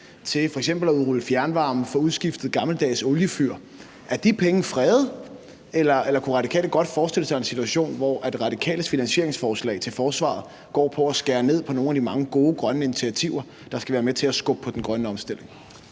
ved at udrulle fjernvarme og få udskiftet gammeldags oliefyr, er fredet, eller om Radikale godt kunne forestille sig en situation, hvor Radikales finansieringsforslag til forsvaret går ud på at skære ned på nogle af de mange gode grønne initiativer, der skal være med til at skubbe til den grønne omstilling.